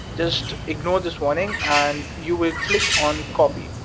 just ignore this warning, and you will click on copy,